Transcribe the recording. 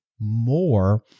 more